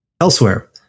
elsewhere